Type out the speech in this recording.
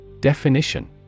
Definition